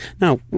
now